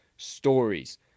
Stories